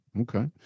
okay